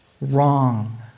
Wrong